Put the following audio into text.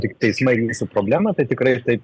tik teismai jūsų problema tai tikrai taip